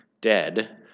dead